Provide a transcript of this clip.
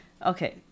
Okay